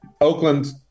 Oakland